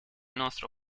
nostro